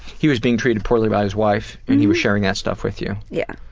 he was being treated poorly by his wife, and he was sharing that stuff with you? yeah.